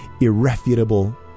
irrefutable